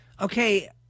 Okay